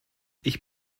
ich